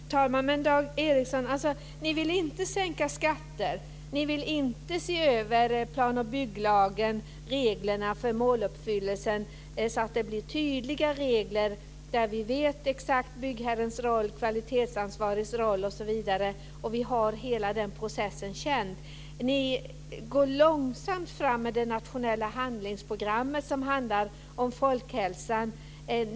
Fru talman! Men, Dag Ericson, ni vill inte sänka skatter, ni vill inte se över plan och bygglagen och reglerna för måluppfyllelsen så att de blir tydliga när det gäller byggherrens roll, kvalitetsansvarets roll osv. och så att hela den processen blir känd. Det går långsamt fram med det nationella handlingsprogrammet som handlar om folkhälsan.